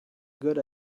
good